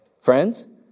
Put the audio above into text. Friends